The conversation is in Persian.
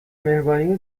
مهربانی